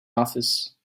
office